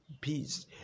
peace